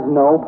no